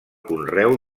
conreu